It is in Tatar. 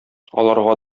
аларга